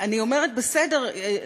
אני אומרת: בסדר,